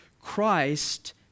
Christ